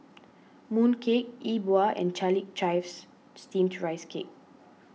Mooncake Yi Bua and Chiarlic Chives Steamed Rice Cake